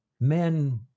men